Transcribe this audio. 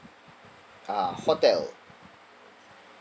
ah hotel